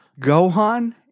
Gohan